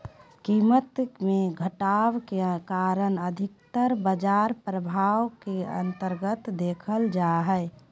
कीमत मे घटाव के कारण अधिकतर बाजार प्रभाव के अन्तर्गत देखल जा हय